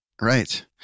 Right